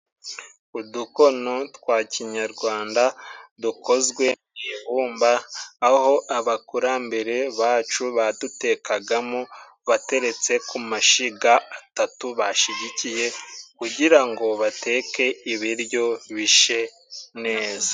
Udukono twa kinyarwanda dukozwe mu ibumba, aho abakurambere bacu badutekagamo, bateretse ku mashiga atatu bashigikiye, kugirango bateke ibiryo bishe neza.